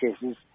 cases